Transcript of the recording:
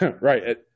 Right